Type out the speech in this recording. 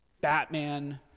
Batman